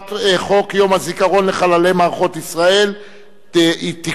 הצעת חוק יום הזיכרון לחללי מערכות ישראל (תיקון,